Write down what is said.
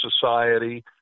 society